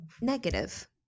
Negative